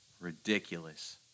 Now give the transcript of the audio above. ridiculous